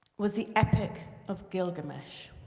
was the epic of gilgamesh,